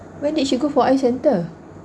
when did she go for eye centre